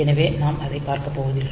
எனவே நாம் அதை பார்க்க போவதில்லை